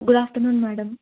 good afternoon madam